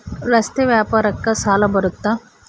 ರಸ್ತೆ ವ್ಯಾಪಾರಕ್ಕ ಸಾಲ ಬರುತ್ತಾ?